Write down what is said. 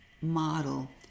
model